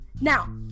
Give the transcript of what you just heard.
Now